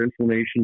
inflammation